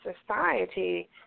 society